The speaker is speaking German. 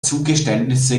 zugeständnisse